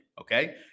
Okay